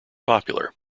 popular